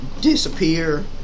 disappear